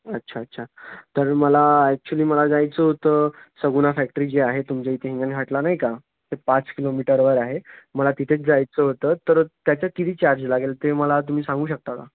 अच्छा अच्छा तर मला ॲक्च्युली मला जायचं होतं सगुणा फॅक्टरी जे आहे तुमच्या इथे हिंगणघाटला नाही का ते पाच किलोमीटरवर आहे मला तिथेच जायचं होतं तर त्याचं किती चार्ज लागेल ते मला तुम्ही सांगू शकता का